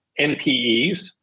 NPEs